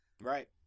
Right